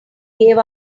gave